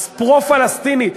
הפרו-פלסטינית,